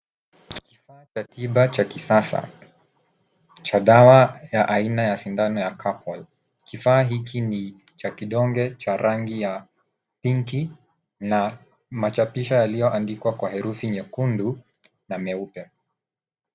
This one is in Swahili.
Kifaa cha tiba cha kisasa cha dawa ya aina ya sindano ya Capmol. Kifaa hiki ni cha kidonge cha rangi ya pinki na machapisho yaliyoandikwa kwa herufi nyekundu na meupe.